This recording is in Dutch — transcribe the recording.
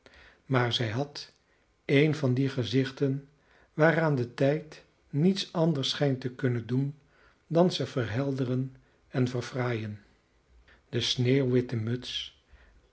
maar zij had een van die gezichten waaraan de tijd niets anders schijnt te kunnen doen dan ze verhelderen en verfraaien de sneeuwwitte muts